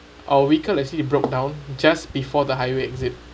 our vehicle actually broke down just before the highway exit